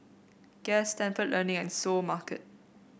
Guess Stalford Learning and Seoul Mart